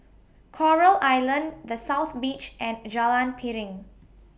Coral Island The South Beach and Jalan Piring